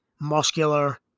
muscular